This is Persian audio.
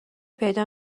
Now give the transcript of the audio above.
پیدا